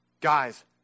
Guys